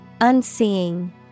Unseeing